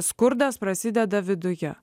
skurdas prasideda viduje